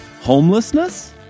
homelessness